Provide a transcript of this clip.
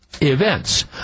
events